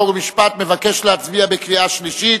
חוק ומשפט מבקש להצביע בקריאה שלישית,